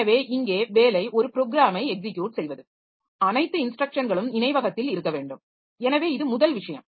எனவே இங்கே வேலை ஒரு ப்ரோக்ராமை எக்ஸிக்யுட் செய்வது அனைத்து இன்ஸ்ட்ரக்ஷன்களும் நினைவகத்தில் இருக்க வேண்டும் எனவே இது முதல் விஷயம்